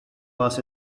was